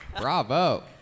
bravo